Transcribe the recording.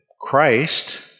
Christ